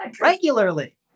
regularly